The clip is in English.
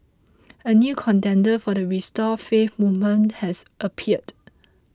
a new contender for the restore faith movement has appeared